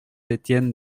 étienne